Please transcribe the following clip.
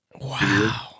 Wow